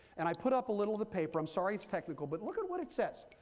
and i put up a little of the paper. i'm sorry, it's technical. but look at what it says.